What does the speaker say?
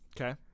Okay